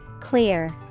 Clear